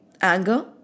anger